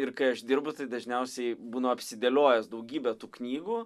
ir kai aš dirbu tai dažniausiai būnu apsidėliojes daugybe tų knygų